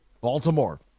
Baltimore